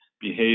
behave